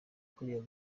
kariya